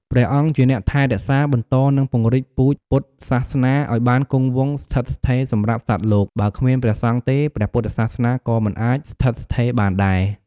ព្រះអង្គជាអ្នកថែរក្សា បន្ត និងពង្រីកពូជពុទ្ធសាសនាឱ្យបានគង់វង្សស្ថិតស្ថេរសម្រាប់សត្វលោក បើគ្មានព្រះសង្ឃទេ ព្រះពុទ្ធសាសនាក៏មិនអាចស្ថិតស្ថេរបានដែរ។